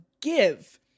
give